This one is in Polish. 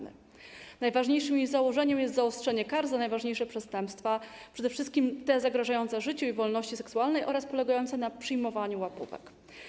Najważniejszym jego założeniem jest zaostrzenie kar za najważniejsze przestępstwa, przede wszystkim te zagrażające życiu i wolności seksualnej oraz polegające na przyjmowaniu łapówek.